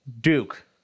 Duke